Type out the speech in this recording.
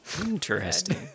Interesting